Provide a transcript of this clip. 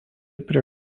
prie